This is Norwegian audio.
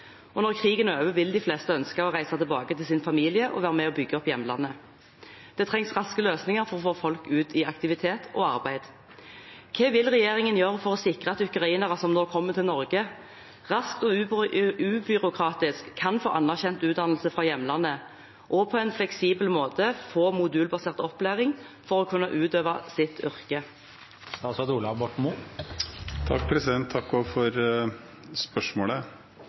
Når krigen er over, vil de fleste ønske å reise tilbake til sin familie og være med og bygge opp hjemlandet. Det trengs raske løsninger for å få folk ut i aktivitet og arbeid. Hva vil regjeringen gjøre for å sikre at ukrainere som nå kommer til Norge, raskt og ubyråkratisk kan få anerkjent utdannelse fra hjemlandet og på en fleksibel måte få modulbasert opplæring for å kunne utøve sitt yrke?